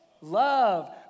Love